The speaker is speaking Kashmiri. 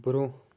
برٛونٛہہ